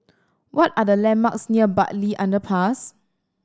what are the landmarks near Bartley Underpass